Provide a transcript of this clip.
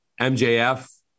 MJF